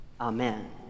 Amen